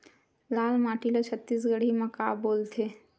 लाल माटी ला छत्तीसगढ़ी मा का बोलथे?